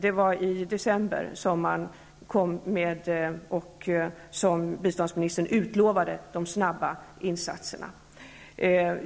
Det var i december som biståndsministern utlovade de snabba insatserna.